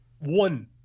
One